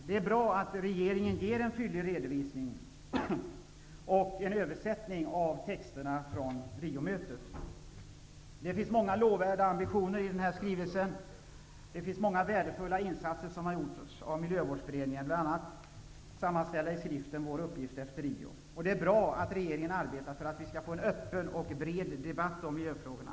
Det är bra att regeringen ger en fyllig redovisning och en översättning av texterna från Riomötet. Det finns många lovvärda ambitioner i skrivelsen, och många värdefulla insatser har gjorts av Miljövårdsberedningen, bl.a. sammanställda i skriften Vår uppgift efter Rio. Det är bra att regeringen arbetar för att vi skall få en öppen och bred debatt om miljöfrågorna.